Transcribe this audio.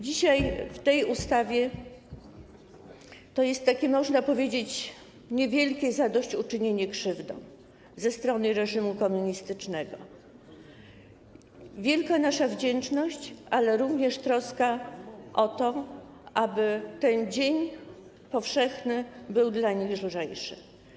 Dzisiaj w tej ustawie to jest takie, można powiedzieć, niewielkie zadośćuczynienie za krzywdy ze strony reżimu komunistycznego, nasza wielka wdzięczność, ale również troska o to, aby ten dzień powszedni był dla nich lżejszy.